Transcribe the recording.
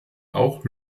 auch